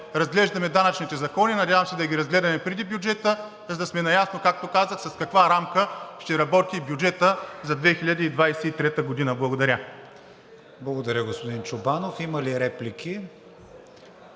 разглеждаме данъчните закони. Надявам се да ги разгледаме преди бюджета, за да сме наясно, както казах, с каква рамка ще работи бюджетът за 2023 г. Благодаря. ПРЕДСЕДАТЕЛ КРИСТИАН ВИГЕНИН: Благодаря, господин Чобанов. Има ли реплики?